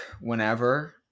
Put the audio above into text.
whenever